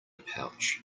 pouch